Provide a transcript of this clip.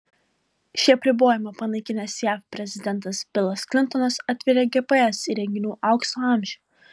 šį apribojimą panaikinęs jav prezidentas bilas klintonas atvėrė gps įrenginių aukso amžių